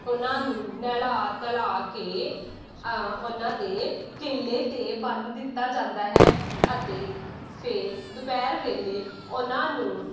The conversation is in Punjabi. ਉਹਨਾਂ ਨੂੰ ਨਲ੍ਹਾ ਧਲ਼ਾ ਕੇ ਉਹਨਾਂ ਦੇ ਕਿੱਲੇ 'ਤੇ ਬੰਨ੍ਹ ਦਿੱਤਾ ਜਾਂਦਾ ਹੈ ਅਤੇ ਫਿਰ ਦੁਪਹਿਰ ਵੇਲੇ ਉਹਨਾਂ ਨੂੰ